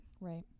Right